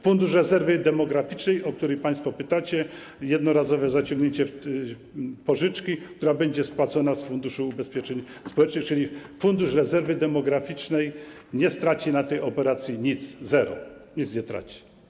Fundusz Rezerwy Demograficznej, o który państwo pytacie - jednorazowe zaciągnięcie pożyczki, która będzie spłacona z Funduszu Ubezpieczeń Społecznych, czyli Fundusz Rezerwy Demograficznej nie straci na tej operacji nic, zero, nic nie traci.